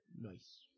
Nice